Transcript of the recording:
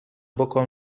بکن